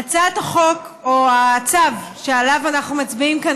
הצעת החוק או הצו שעליו אנחנו מצביעים כאן